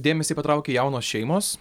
dėmesį patraukė jaunos šeimos